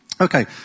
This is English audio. Okay